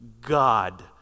God